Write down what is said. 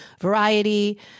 Variety